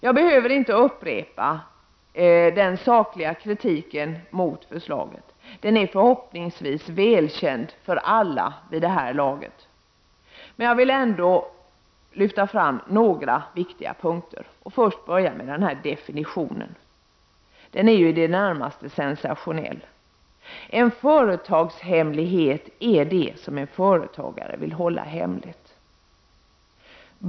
Jag behöver inte upprepa den sakliga kritiken mot lagförslaget. Den är förhoppningsvis välkänd för alla vid det här laget. Jag vill ändå lyfta fram några viktiga punkter och jag börjar med definitionen, som i det närmaste är sensationell: En företagshemlighet är det som en företagare vill hålla hemligt.